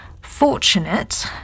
fortunate